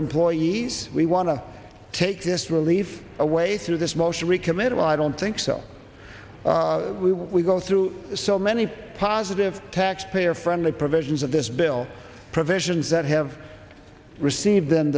employees we want to take this relief away through this motion recommitted i don't think so we we go through so many positive taxpayer friendly provisions of this bill provisions that have received the